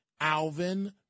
Alvin